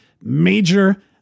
major